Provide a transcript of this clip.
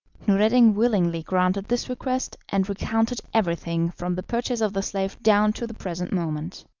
noureddin willingly granted this request, and recounted everything from the purchase of the slave down to the present moment.